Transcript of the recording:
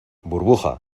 burbuja